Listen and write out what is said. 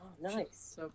Nice